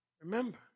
remember